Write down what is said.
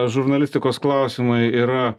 žurnalistikos klausimai yra